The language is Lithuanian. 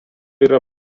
yra